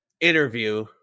interview